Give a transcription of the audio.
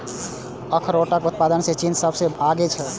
अखरोटक उत्पादन मे चीन सबसं आगां छै